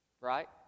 right